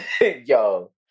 Yo